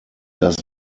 does